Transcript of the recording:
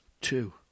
two